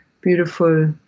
beautiful